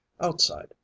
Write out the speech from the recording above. Outside